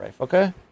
Okay